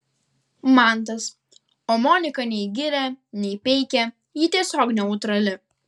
mantas o monika nei giria nei peikia ji tiesiog neutrali